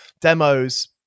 demos